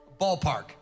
Ballpark